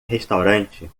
restaurante